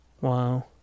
Wow